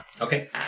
Okay